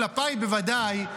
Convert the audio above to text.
כלפיי בוודאי,